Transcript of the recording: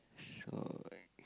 so